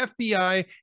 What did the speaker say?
FBI